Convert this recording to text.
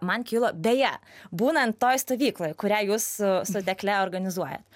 man kilo beje būnant toj stovykloj kurią jūs su tekle organizuojat